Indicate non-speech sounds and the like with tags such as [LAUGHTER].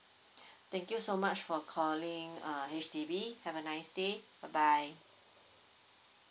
[BREATH] thank you so much for calling uh H_D_B have a nice day bye bye